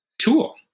tool